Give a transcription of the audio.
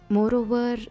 Moreover